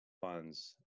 funds